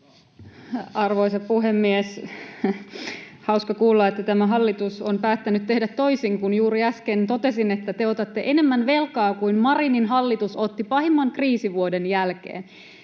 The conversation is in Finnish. Arvoisa puhemies! Hauska kuulla, että tämä hallitus on päättänyt tehdä toisin, kun juuri äsken totesin, että te otatte enemmän velkaa kuin Marinin hallitus otti pahimman kriisivuoden jälkeen.